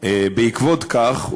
בעקבות כך,